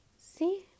See